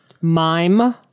Mime